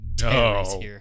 No